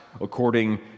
According